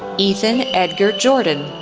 ethan edgar jordan,